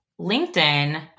LinkedIn